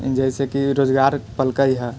जैसे की रोजगार कैलकै हँ